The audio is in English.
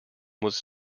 was